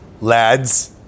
lads